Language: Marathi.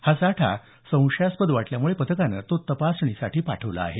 हा साठा संशयास्पद वाटल्याम्ळे पथकानं तो तपासणीसाठी पाठवला आहे